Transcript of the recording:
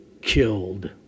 killed